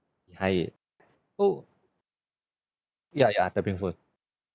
hi oh ya ya I tapping phone